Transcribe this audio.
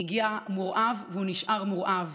הוא הגיע מורעב והוא נשאר מורעב.